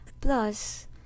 Plus